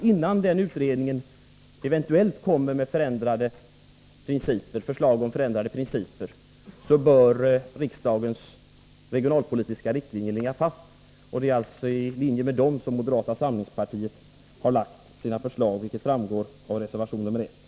Innan den utredningen eventuellt framlägger förslag till förändrade principer bör enligt vår mening riksdagens regionalpolitiska riktlinjer ligga fast. Det är alltså utifrån dem som moderata samlingspartiet har framlagt sina förslag, vilket framgår av reservation 1.